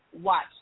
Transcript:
watch